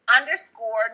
underscore